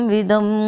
Vidam